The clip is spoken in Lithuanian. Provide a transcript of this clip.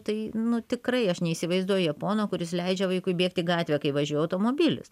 tai nu tikrai aš neįsivaizduoju japono kuris leidžia vaikui bėgt į gatvę kai važiuoja automobilis